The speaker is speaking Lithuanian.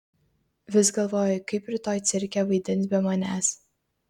vis galvoju kaip rytoj cirke vaidins be manęs